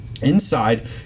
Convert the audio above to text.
Inside